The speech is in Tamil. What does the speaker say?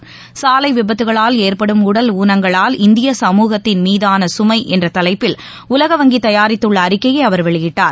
சாலைவிபத்துகளால் ஏற்படும் உடல் ஊனங்களால் இந்திய சமூகத்தின் மீதானகமைஎன்றதலைப்பில் உலக வங்கிதயாரித்துள்ளஅறிக்கையைஅவர் வெளியிட்டார்